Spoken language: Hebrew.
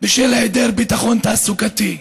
בשל היעדר ביטחון תעסוקתי.